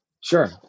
sure